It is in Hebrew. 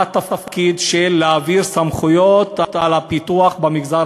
מה התפקיד של להעביר סמכויות של הפיתוח במגזר